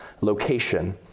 location